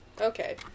Okay